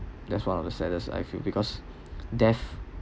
that's one of the saddest I feel because death